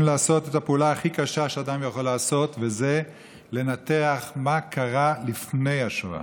לעשות את הפעולה הכי קשה שאדם יכול לעשות: לנתח מה קרה לפני השואה.